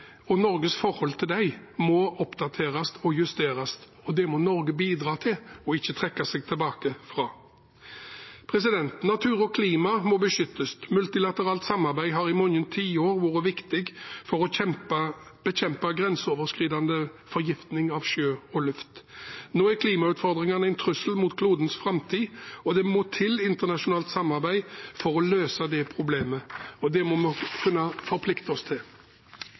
og Norges forhold til dem må oppdateres og justeres, og det må Norge bidra til og ikke trekke seg tilbake fra. Natur og klima må beskyttes. Multilateralt samarbeid har i mange tiår vært viktig for å bekjempe grenseoverskridende forgiftning av sjø og luft. Nå er klimautfordringene en trussel mot klodens framtid. Det må internasjonalt samarbeid til for å løse det problemet, og det må vi kunne forplikte oss til.